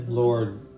Lord